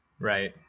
Right